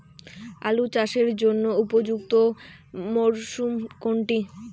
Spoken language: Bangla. আলু চাষের জন্য উপযুক্ত মরশুম কোনটি?